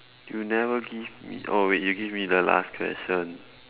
you never give me oh wait you give me the last question